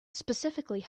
specifically